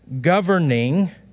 governing